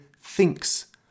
thinks